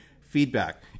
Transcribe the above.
feedback